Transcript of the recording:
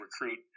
recruit